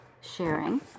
sharing